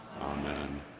amen